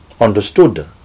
understood